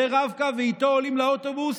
זה רב-קו ואיתו עולים לאוטובוס